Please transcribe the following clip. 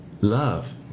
love